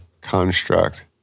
construct